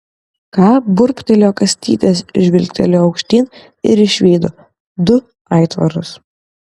ką burbtelėjo kastytis žvilgtelėjo aukštyn ir išvydo du aitvarus